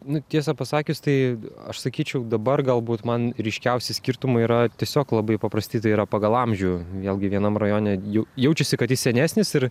na tiesą pasakius tai aš sakyčiau dabar galbūt man ryškiausi skirtumai yra tiesiog labai paprasti tai yra pagal amžių vėlgi vienam rajone jų jaučiasi kad jis senesnis ir